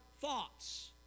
thoughts